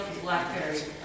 blackberries